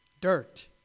dirt